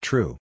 True